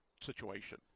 situation